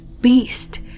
beast